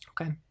Okay